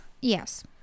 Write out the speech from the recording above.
Yes